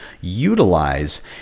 utilize